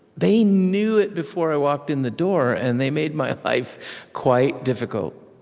they knew it before i walked in the door, and they made my life quite difficult.